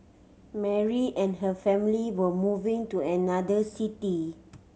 Mary and her family were moving to another city